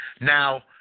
Now